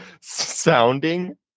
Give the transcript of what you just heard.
sounding